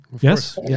Yes